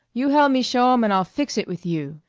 you help me show em and i'll fix it with you.